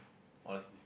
honestly